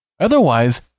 Otherwise